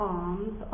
arms